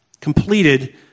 completed